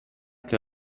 che